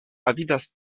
avidas